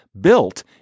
built